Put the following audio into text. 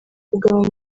kugabanya